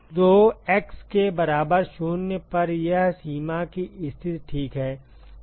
तो x के बराबर 0 पर यह सीमा की स्थिति ठीक है